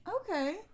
Okay